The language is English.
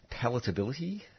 Palatability